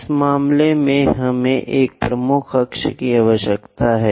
इस मामले में हमें एक प्रमुख अक्ष की आवश्यकता है